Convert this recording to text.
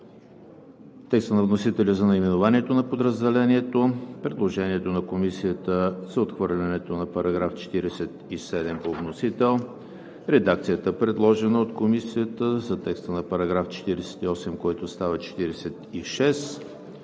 текста на вносителя за наименованието на подразделението; предложението на Комисията за отхвърлянето на § 47 по вносител; редакцията, предложена от Комисията за текста на § 48, който става §